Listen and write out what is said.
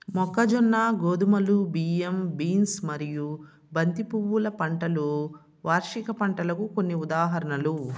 మొక్కజొన్న, గోధుమలు, బియ్యం, బీన్స్ మరియు బంతి పువ్వుల పంటలు వార్షిక పంటలకు కొన్ని ఉదాహరణలు